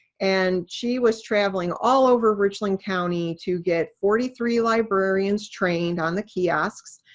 and she was traveling all over richland county to get forty three librarians trained on the kiosks.